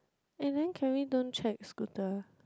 and then can we don't check scooter